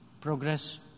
progress